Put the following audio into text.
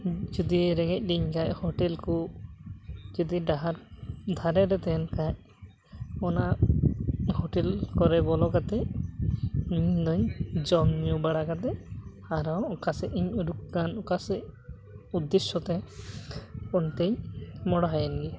ᱡᱩᱫᱤ ᱨᱮᱸᱜᱮᱡᱽ ᱞᱤᱧ ᱠᱷᱟᱡ ᱦᱳᱴᱮᱞ ᱠᱚ ᱡᱩᱫᱤ ᱰᱟᱦᱟᱨ ᱫᱷᱟᱨᱮ ᱨᱮ ᱛᱟᱦᱮᱱ ᱠᱷᱟᱡ ᱚᱱᱟ ᱦᱳᱴᱮᱞ ᱠᱚᱨᱮ ᱵᱚᱞᱚ ᱠᱟᱛᱮ ᱤᱧᱫᱩᱧ ᱡᱚᱢ ᱧᱩ ᱵᱟᱲᱟ ᱠᱟᱛᱮᱫ ᱟᱨᱚ ᱚᱠᱟ ᱥᱮᱫ ᱤᱧ ᱩᱰᱩᱠ ᱟᱠᱟᱱ ᱚᱠᱟ ᱥᱮᱡ ᱩᱫᱽᱫᱮᱥᱥᱚ ᱛᱮ ᱚᱱᱛᱮᱧ ᱢᱚᱦᱚᱰᱟᱭᱮᱱ ᱜᱮ